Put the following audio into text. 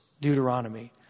Deuteronomy